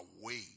away